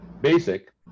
basic